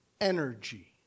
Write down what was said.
energy